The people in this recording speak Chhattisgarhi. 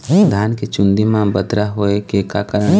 धान के चुन्दी मा बदरा होय के का कारण?